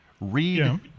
read